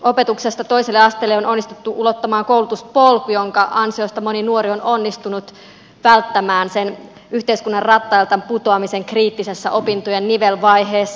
perusopetuksesta toiselle asteelle on onnistuttu ulottamaan koulutuspolku jonka ansiosta moni nuori on onnistunut välttämään sen yhteiskunnan rattailta putoamisen kriittisessä opintojen nivelvaiheessa